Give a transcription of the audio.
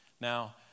Now